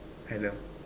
hello